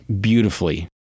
beautifully